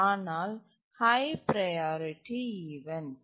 ஆனால் high priority event